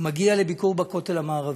והוא מגיע לביקור בכותל המערבי.